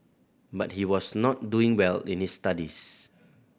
but he was not doing well in his studies